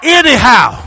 anyhow